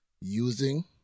using